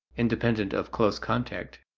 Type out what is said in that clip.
independent of close contact,